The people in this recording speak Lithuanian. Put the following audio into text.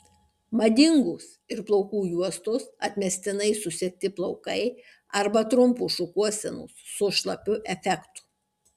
madingos ir plaukų juostos atmestinai susegti plaukai arba trumpos šukuosenos su šlapiu efektu